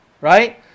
Right